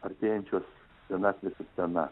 artėjančios senatvės su scena